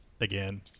again